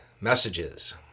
messages